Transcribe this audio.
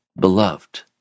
beloved